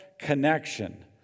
connection